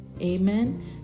Amen